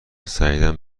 سعید